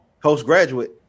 Postgraduate